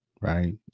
Right